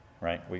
right